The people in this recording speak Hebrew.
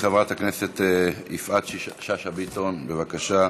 חברת הכנסת יפעת שאשא ביטון, בבקשה.